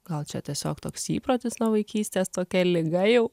gal čia tiesiog toks įprotis nuo vaikystės tokia liga jau